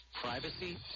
Privacy